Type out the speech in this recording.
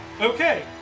Okay